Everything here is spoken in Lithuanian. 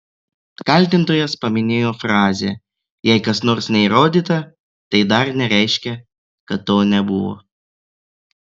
kaltintojas paminėjo frazę jei kas nors neįrodyta tai dar nereiškia kad to nebuvo